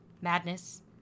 madness